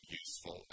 useful